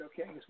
okay